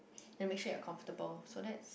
and make sure it comfortable so that